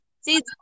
See